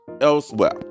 elsewhere